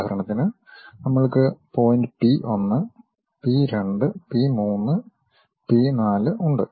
ഉദാഹരണത്തിന് നമ്മൾക്ക് point P 1 P 2 P 3 P 4 ഉണ്ട്